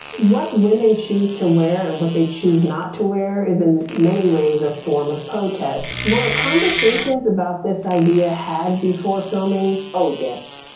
what women choose to wear and what they choose not to wear is in many ways a form of protest. were conversations about this idea had before filming? oh, yes.